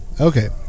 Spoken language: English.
okay